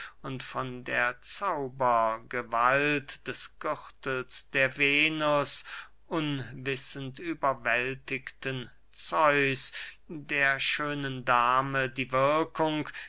von der zaubergewalt des gürtels der venus unwissend überwältigten zeus der schönen dame die wirkung